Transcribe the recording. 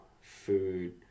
food